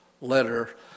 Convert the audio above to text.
letter